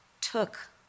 took